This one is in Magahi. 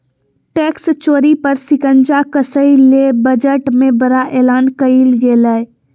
टैक्स चोरी पर शिकंजा कसय ले बजट में बड़ा एलान कइल गेलय